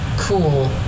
cool